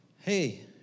hey